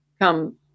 come